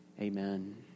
amen